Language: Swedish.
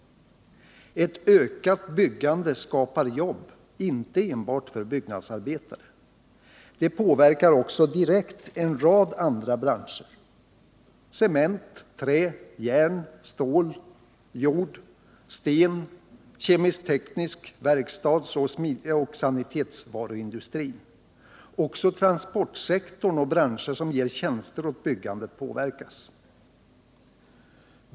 Ett ökat byggande skapar jobb inte enbart för byggnadsarbetare. Det påverkar också direkt en rad andra branscher — cement, trä, järn, stål, jord, sten, kemisk-teknisk industri, verkstadsoch sanitetsvaruindustri. Också transportsektorn och branscher som ger tjänster åt byggandet påverkas.